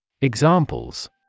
Examples